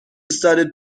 studied